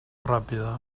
ràpida